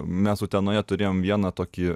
mes utenoje turėjom vieną tokį